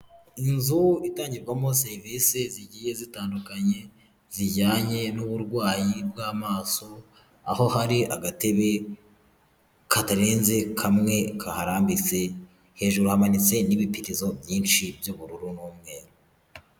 Inzu itangirwamo serivisi zigiye zitandukanye zijyanye n'uburwayi bw'amaso aho hari agatebe katarenze kamwe kaharambitse, hejuru hamanitse n'ibipirizo byinshi by'ubururu n'umweru.